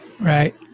Right